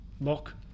lock